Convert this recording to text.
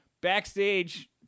backstage